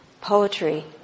poetry